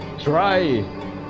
Try